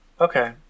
Okay